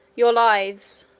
your lives!